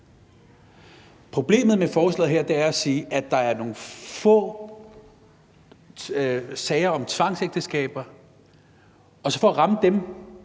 Problemet med forslaget her er, at man siger, at der er nogle få sager om tvangsægteskaber, og for at ramme dem